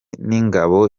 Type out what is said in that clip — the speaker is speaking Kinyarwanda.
n’ingabo